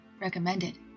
recommended